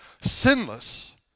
sinless